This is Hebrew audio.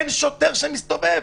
אין שוטר שמסתובב,